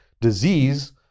disease